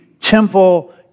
temple